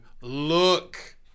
look